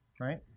Right